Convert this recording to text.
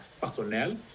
personnel